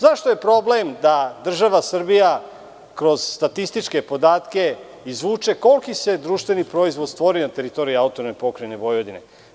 Zašto je problem da država Srbija kroz statističke podatke izvuče koliki se društveni proizvod stvorio na teritoriji autonomne pokrajine Vojvodine?